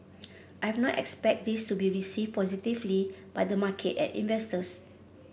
I've not expect this to be received positively by the market and investors